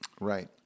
Right